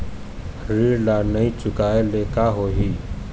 ऋण ला नई चुकाए ले का होही?